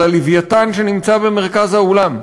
על הלווייתן שנמצא במרכז האולם.